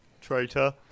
traitor